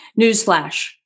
newsflash